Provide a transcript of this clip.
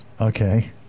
okay